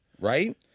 right